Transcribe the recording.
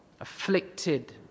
Afflicted